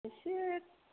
एसे